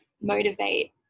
motivate